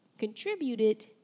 contributed